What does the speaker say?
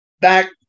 Back